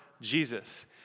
Jesus